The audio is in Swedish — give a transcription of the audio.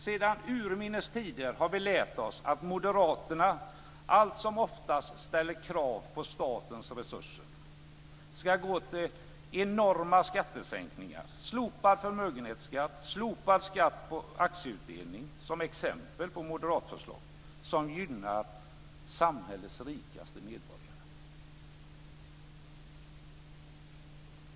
Sedan urminnes tider har vi lärt oss att moderaterna alltsomoftast ställer krav på att statens resurser ska gå till enorma skattesänkningar. Slopad förmögenhetsskatt, slopad skatt på aktieutdelning är exempel på moderatförslag som gynnar samhällets rikaste medborgare.